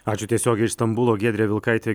ačiū tiesiogiai iš stambulo giedrė vilkaitė